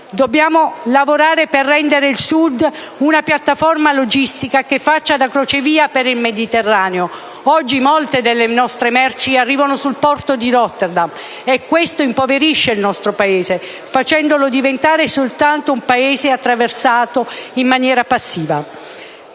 Dobbiamo lavorare per rendere il Sud d'Italia una piattaforma logistica che faccia da crocevia per il Mediterraneo; oggi molte delle nostre merci arrivano sul porto di Rotterdam e questo impoverisce il nostro Paese facendolo diventare soltanto un territorio attraversato in maniera passiva.